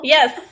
Yes